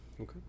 Okay